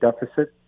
deficit